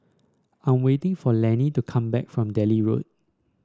I'm waiting for Lannie to come back from Delhi Road